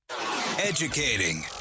Educating